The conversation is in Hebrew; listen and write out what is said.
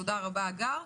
תודה רבה, הגר.